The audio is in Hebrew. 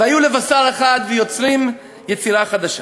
"והיו לבשר אחד", ויוצרים יצירה חדשה.